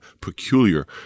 peculiar